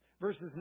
Verses